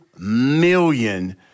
million